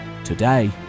Today